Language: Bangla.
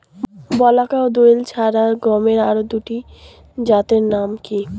বলাকা ও দোয়েল ছাড়া গমের আরো দুটি জাতের নাম কি?